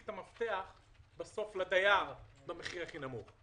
את המפתח בסוף לדייר במחיר הכי נמוך?